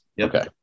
Okay